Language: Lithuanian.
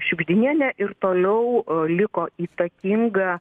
šiugždinienė ir toliau liko įtakinga